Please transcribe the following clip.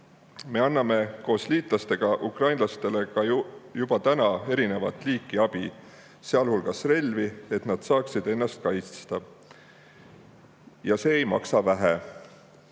Me anname koos liitlastega ukrainlastele juba täna eri liiki abi, sealhulgas relvi, et nad saaksid ennast kaitsta. Ja see ei maksa vähe.